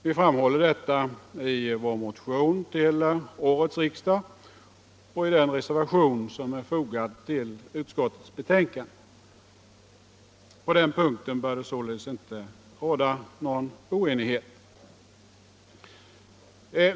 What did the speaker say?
Vi framhåller detta i vår motion till årets riksdag och i den reservation som är fogad till utskottets betänkande. På den punkten bör det således inte råda någon oenighet.